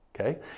Okay